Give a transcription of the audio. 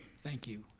thank you,